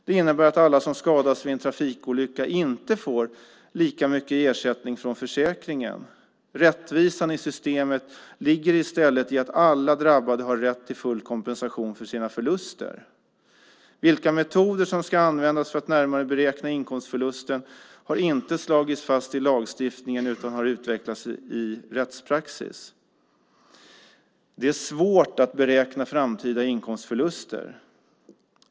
Det innebär att alla som skadas vid en trafikolycka inte får lika mycket i ersättning från försäkringen. Rättvisan i systemet ligger i stället i att alla drabbade har rätt till full kompensation för sina förluster. Vilka metoder som ska användas för att närmare beräkna inkomstförlusten har inte slagits fast i lagstiftningen utan har utvecklats i rättspraxis. Det är svårt att beräkna framtida inkomstförluster.